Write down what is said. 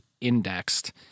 indexed